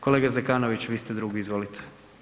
Kolega Zekanović, vi ste drugi, izvolite.